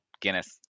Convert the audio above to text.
Guinness